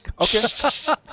Okay